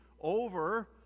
over